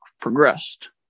progressed